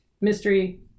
Mystery